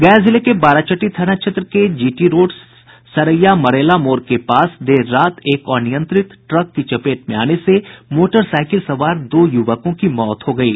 गया जिले के बाराचट्टी थाना क्षेत्र के जीटी रोड सरैया मड़ैला मोड़ के पास देर रात एक अनियंत्रित ट्रक की चपेट में आने से मोटरसाईकिल सवार दो युवकों की मौत हो गयी